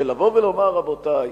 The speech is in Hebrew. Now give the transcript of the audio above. לבוא ולומר: רבותי,